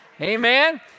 Amen